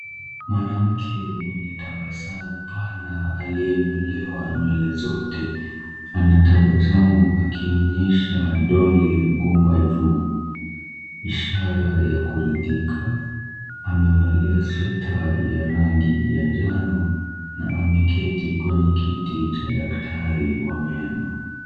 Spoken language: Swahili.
Mwanamke mwenye tabasamu pana aliyenyolewa nywele zote anatabasamu akionyesha dole gumba juu ishara ya kuridhika. Amevalia sweater ya rangi ya njano na ameketi kwenye kiti cha daktari wa meno.